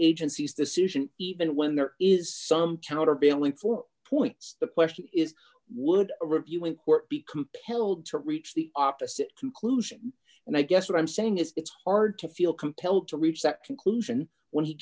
gencies decision even when there is some countervailing four points the question is would reviewing court be compelled to reach the opposite conclusion and i guess what i'm saying is it's hard to feel compelled to reach that conclusion when he